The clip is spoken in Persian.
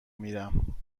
میرم